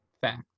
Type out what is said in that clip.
fact